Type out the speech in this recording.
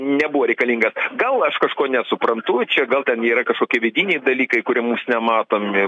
nebuvo reikalinga gal aš kažko nesuprantu čia gal ten yra kažkokie vidiniai dalykai kurie mums nematomi